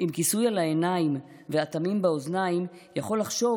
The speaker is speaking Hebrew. עם כיסוי על העיניים ואטמים באוזניים יכול לחשוב